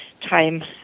time